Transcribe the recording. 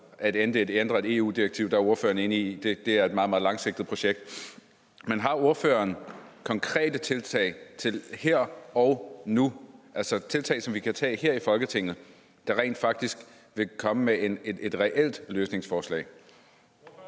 at ændre et EU-direktiv, så er ordføreren enig i, at det er et meget, meget langsigtet projekt. Men har ordføreren her og nu konkrete tiltag, som vi kan foretage her i Folketinget, der rent faktisk vil indebære et reelt løsningsforslag?